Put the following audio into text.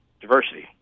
diversity